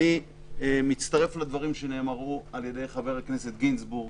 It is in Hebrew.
אני מצטרף לדברים שנאמרו על ידי חבר הכנסת גינזבורג